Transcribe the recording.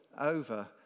over